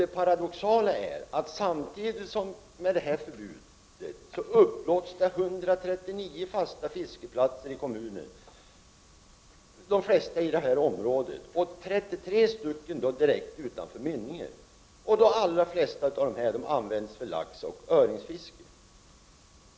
Det paradoxala är att man, samtidigt som det här förbudet gäller, upplåter 139 fasta fiskeplatser i kommunen =— de flesta i det aktuella området och 33 platser direkt utanför älvmynningen. De allra flesta platserna utnyttjas för laxoch öringsfiske.